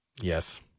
yes